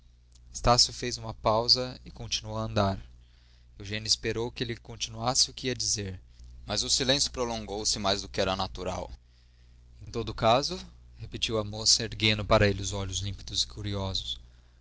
estácio fez uma pausa e continuou a andar eugênia esperou que ele continuasse o que ia dizer mas o silêncio prolongou se mais do que era natural em todo o caso repetiu a moça erguendo para ele os olhos límpidos e curiosos